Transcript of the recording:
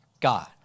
God